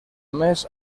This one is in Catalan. més